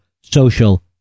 social